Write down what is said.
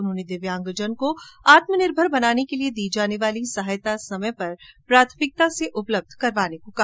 उन्होंने दिव्यांगजनों को आत्मनिर्भर बनाने के लिए दी जाने वाली सहायता समय पर प्राथमिकता से उपलब्ध कराने को कहा